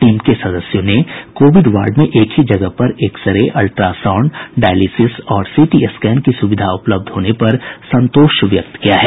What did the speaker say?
team के सदस्यों ने कोविड वार्ड में एक ही जगह पर एक्सरे अल्ट्रासाउंड डायलिसिस और सीटी स्कैन की सुविधा उपलब्ध होने पर संतोष व्यक्त किया है